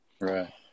Right